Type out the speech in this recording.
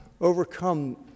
overcome